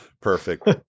perfect